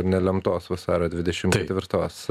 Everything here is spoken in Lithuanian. nelemtos vasario dvidešimt ketvirtos